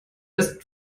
ist